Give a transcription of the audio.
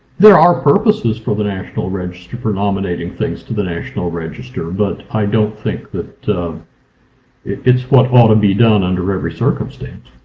there are purposes for the national register. for nominating things to the national register, but i don't think that it's what ought to be done under every circumstance.